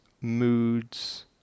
moods